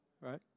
right